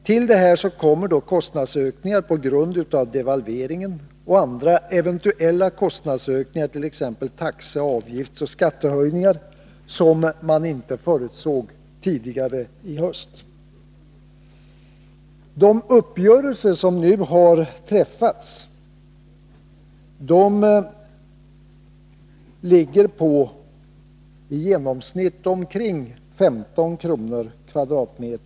Till detta kommer kostnadsökningar på grund av devalveringen och andra eventuella kostnadsökningar, t.ex. taxe-, avgiftsoch skattehöjningar som man inte förutsåg tidigare i höst. De uppgörelser som nu har träffats ligger i genomsnitt på omkring 15 kr. per m?